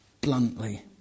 bluntly